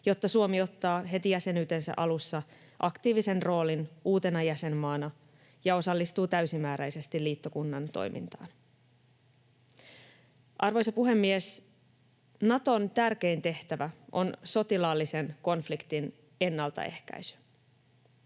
jotta Suomi ottaa heti jäsenyytensä alussa aktiivisen roolin uutena jäsenmaana ja osallistuu täysimääräisesti liittokunnan toimintaan. Arvoisa puhemies! Naton tärkein tehtävä on sotilaallisen konfliktin ennaltaehkäisy.